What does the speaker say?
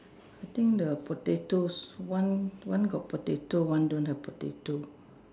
I think the potatoes one one got potato one don't have potato